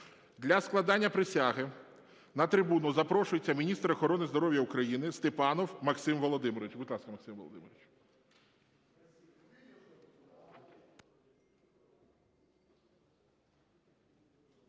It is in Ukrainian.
Для складення присяги на трибуну запрошується міністр охорони здоров'я України Степанов Максим Володимирович.